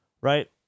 right